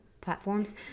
platforms